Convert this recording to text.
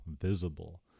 visible